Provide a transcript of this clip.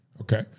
Okay